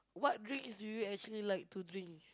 what drinks do you actually like to drink